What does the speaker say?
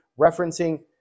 referencing